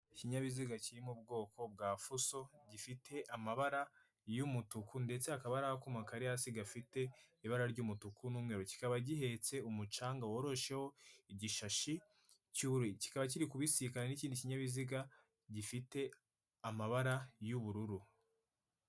Aha rero ni ahantu bacururiza imyeda runaka yaba iya kinyarwanda, ndetse n'ibindi uduseke ndetse n'imitako rwose urabibona ibyo nibintu wajyana iwawe ukajya kuyimanika mu nzu ikagufasha noneho niba ujye kurushinga byaba akarusho.